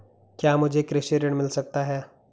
क्या मुझे कृषि ऋण मिल सकता है?